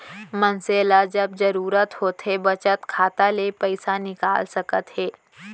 मनसे ल जब जरूरत होथे बचत खाता ले पइसा निकाल सकत हे